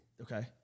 Okay